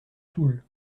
toul